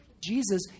Jesus